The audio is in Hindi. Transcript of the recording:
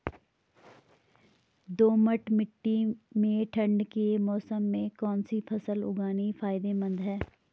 दोमट्ट मिट्टी में ठंड के मौसम में कौन सी फसल उगानी फायदेमंद है?